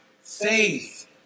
faith